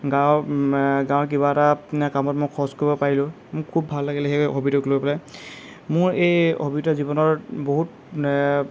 গাঁৱৰ গাঁৱৰ কিবা এটা কামত মই খৰচ কৰিব পাৰিলোঁ মোৰ খুব ভাল লাগিল সেই হ'বীটোক লৈ পেলাই মোৰ এই হ'বীটোৱে জীৱনত বহুত